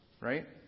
Right